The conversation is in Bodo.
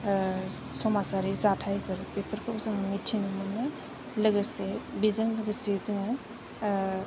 समाजारि जाथायफोर बेफोरखौ जोङो मिथिनो मोनो लोगोसे बेजों लोगोसे जोङो